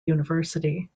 university